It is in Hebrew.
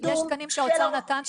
יש תקנים שהאוצר נתן,